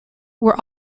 were